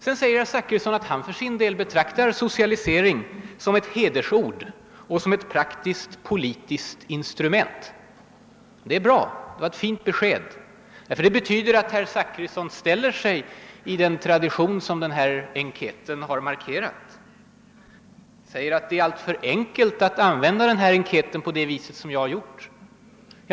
Herr Zachrisson säger nu att han för sin del betraktar socialisering som ett »honnörsord« och som ett »praktisktpolitiskt instrument». Det är bra. Det var ett fint besked. Det betyder att herr Zachrisson faller in i den tradition som den här enkäten har markerat. Han säger visserligen att det är alltför enkelt att använda den enkäten på det sätt jag gjort.